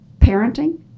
parenting